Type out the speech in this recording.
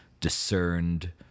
discerned